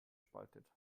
spaltet